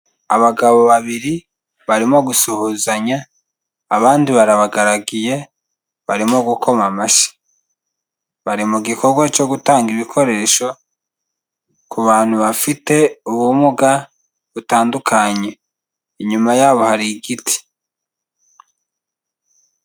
Abagabo babiri barimo gusuhuzanya abandi barabagaragiye barimo gukoma amashyi, bari mu gikorwa cyo gutanga ibikoresho ku bantu bafite ubumuga butandukanye, inyuma yabo hari igiti.